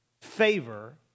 favor